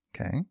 Okay